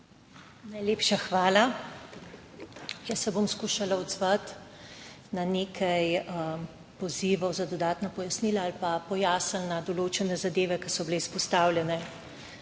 Najlepša hvala. Jaz se bom skušala odzvati na nekaj pozivov za dodatna pojasnila ali pa pojasnili določene zadeve, ki so bile izpostavljene.